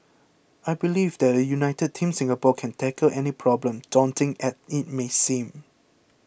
I believe that a united Team Singapore can tackle any problem daunting as it may seem